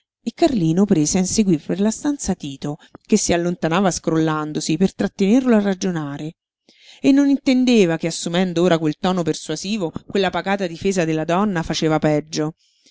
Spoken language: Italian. e carlino prese a inseguir per la stanza tito che si allontanava scrollandosi per trattenerlo a ragionare e non intendeva che assumendo ora quel tono persuasivo quella pacata difesa della donna faceva peggio